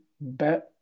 Bet